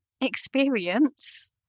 experience